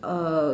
err